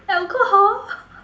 alcohol